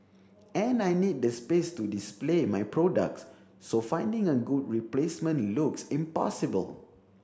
and I need the space to display my products so finding a good replacement looks impossible